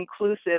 inclusive